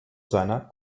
seiner